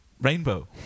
Rainbow